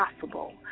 possible